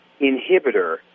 inhibitor